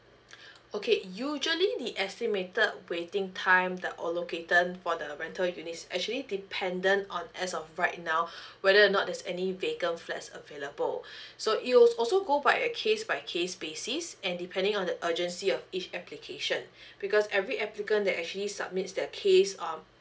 okay usually the estimated waiting time the all located for the rental and units actually dependent on as of right now whether or not there's any vacant flats available so it'll also go by a case by case basis and depending on the urgency of each application because every applicant that actually submit their case um